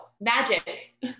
magic